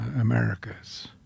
Americas